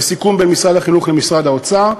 בסיכום בין משרד החינוך למשרד האוצר,